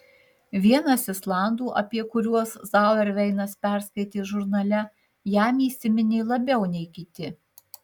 vienas islandų apie kuriuos zauerveinas perskaitė žurnale jam įsiminė labiau nei kiti